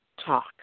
Talk